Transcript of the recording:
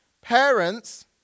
Parents